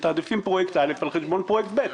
מתעדפים פרויקט א' על חשבון פרויקט ב'.